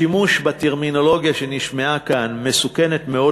השימוש בטרמינולוגיה שנשמעה כאן מסוכן מאוד,